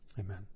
amen